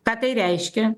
ką tai reiškia